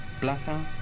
Plaza